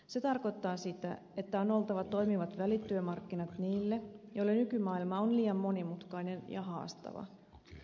se tarkoittaa sitä että on oltava toimivat välityömarkkinat niille joille nykymaailma on liian monimutkainen ja haastava